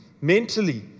mentally